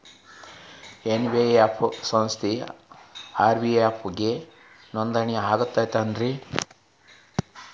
NBF ಸಂಸ್ಥಾ RBI ಗೆ ನೋಂದಣಿ ಆಗಿರ್ತದಾ?